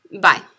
Bye